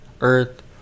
Earth